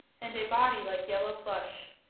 and a body like yellow plush.